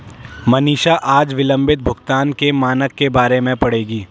मनीषा आज विलंबित भुगतान के मानक के बारे में पढ़ेगी